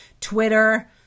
Twitter